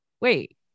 wait